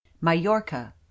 Majorca